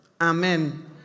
amen